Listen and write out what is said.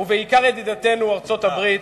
ובעיקר ידידתנו ארצות-הברית,